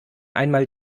einmal